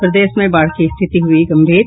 प्रदेश में बाढ़ की स्थिति हुई गंभीर